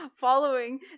following